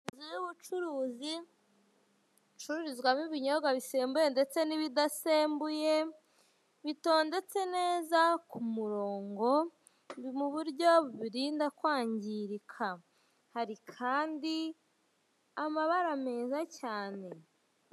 Inzu y'ubucuruzi icururizwamo ibinyobwa bisembuye ndetse n'ibadembuye bitondetse neza ku murongo ni mu buro bibinrinda kwangirika hari kandi amabara meza cyane.